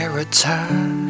return